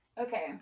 Okay